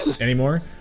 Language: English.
anymore